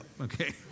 okay